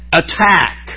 attack